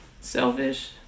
selfish